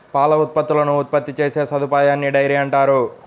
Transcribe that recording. పాల ఉత్పత్తులను ఉత్పత్తి చేసే సదుపాయాన్నిడైరీ అంటారు